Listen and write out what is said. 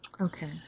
Okay